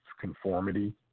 conformity